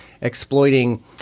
exploiting